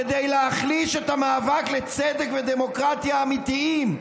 כדי להחליש את המאבק לצדק ודמוקרטיה אמיתיים.